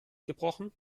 gebrochen